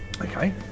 Okay